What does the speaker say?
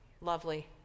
lovely